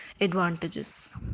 advantages